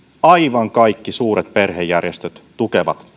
aivan kaikki suuret perhejärjestöt tukevat